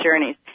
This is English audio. Journeys